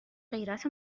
غیرت